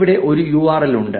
ഇവിടെ ഒരു യുആർഎൽ ഉണ്ട്